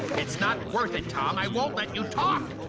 it is not worth it tom. i won't let you talk!